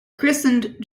christened